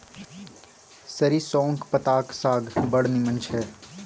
सरिसौंक पत्ताक साग बड़ नीमन छै